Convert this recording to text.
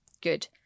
good